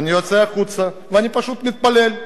אני יוצא החוצה ואני פשוט מתפלל.